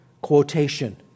quotation